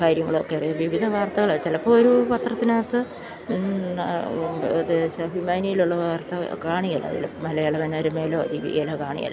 കാര്യങ്ങളുമൊക്കെ വിവിധ വാർത്തകള് ചിലപ്പോള് ഒരു പത്രത്തിനകത്ത് ദേശാഭിമാനിയിലുള്ള വാർത്ത കാണുകയില്ല മലയാള മനോരമയിലോ ദീപികയിലോ കാണുകയില്ല